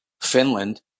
Finland